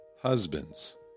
husbands